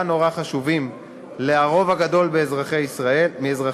נורא חשובים לרוב הגדול של אזרחי ישראל,